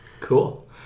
Cool